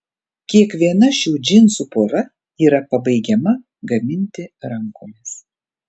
kiekviena šių džinsų pora yra pabaigiama gaminti rankomis